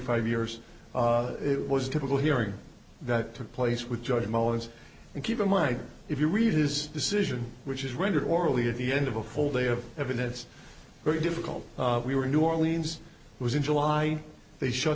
five years it was typical hearing that took place with george mullins and keep in mind if you read his decision which is rendered orally at the end of a whole day of evidence very difficult we were new orleans was in july they shut